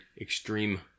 extreme